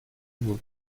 nur